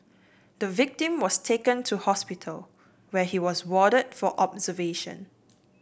the victim was taken to hospital where he was warded for observation